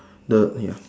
the ya